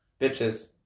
Bitches